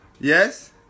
yes